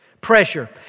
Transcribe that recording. pressure